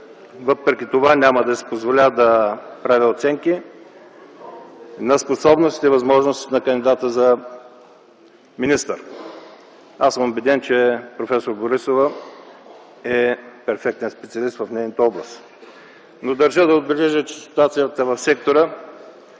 Въпреки това няма да си позволя да правя оценки на способностите и възможностите на кандидата за министър. Аз съм убеден, че проф. Борисова е перфектен специалист в нейната област. Държа да отбележа, че ситуацията в сектора